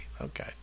Okay